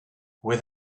with